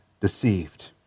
deceived